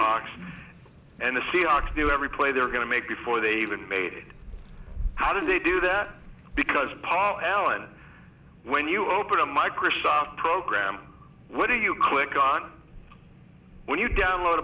hawks and the seahawks do every play they're going to make before they even made how did they do that because paul allen when you open a microsoft program what do you click on when you download